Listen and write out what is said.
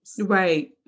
Right